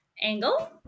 angle